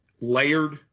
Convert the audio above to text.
layered